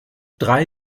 drei